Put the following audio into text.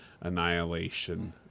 Annihilation